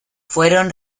fueron